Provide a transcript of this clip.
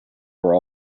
were